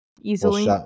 easily